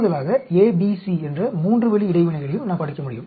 கூடுதலாக a b c என்ற 3 வழி இடைவினைகளையும் நாம் படிக்க முடியும்